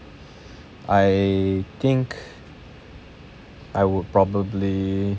I think I would probably